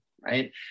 right